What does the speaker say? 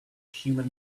human